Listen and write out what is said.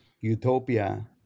utopia